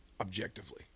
objectively